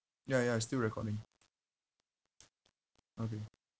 ya ya it's still recording okay